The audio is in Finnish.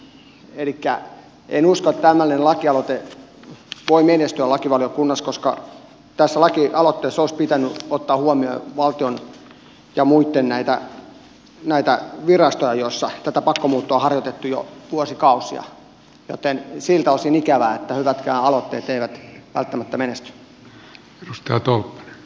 en usko että tämmöinen lakialoite voi menestyä lakivaliokunnassa koska tässä laki aloitteessa olisi pitänyt ottaa huomioon näitä valtion ja muitten virastoja joissa tätä pakkomuuttoa on harjoitettu jo vuosikausia joten siltä osin on ikävää että hyvätkään aloitteet eivät välttämättä menesty